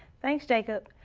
thanks jacob.